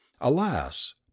alas